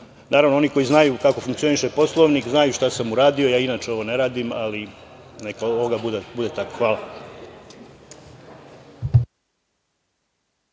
zakon. Naravno, oni koji znaju kako funkcioniše Poslovnik znaju šta sam uradio. Ja inače ovo ne radim, ali neka bude tako. Hvala.